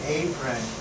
apron